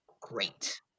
great